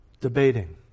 Debating